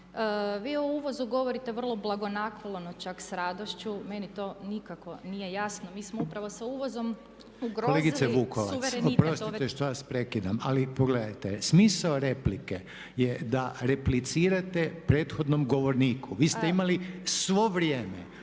Vi o uvozu govorite vrlo blagonaklono, čak s radošću, meni to nikako nije jasno. Mi smo upravo sa uvozom ugrozili suverenitet. **Reiner, Željko (HDZ)** Kolegice Vukovac, oprostite što vas prekidam. Ali pogledajte, smisao replike je da replicirate prethodnom govorniku. Vi ste imali svo vrijeme.